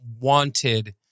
wanted